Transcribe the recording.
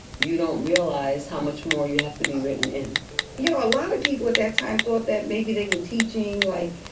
you don't realize how much more you have to be written in you know, a lot of people at that time thought that maybe they were teaching, like,